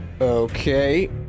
Okay